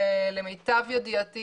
למיטב ידיעתי